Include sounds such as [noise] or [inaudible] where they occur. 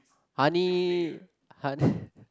honey hon~ [breath]